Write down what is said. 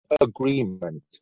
agreement